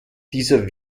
dieser